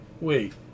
wait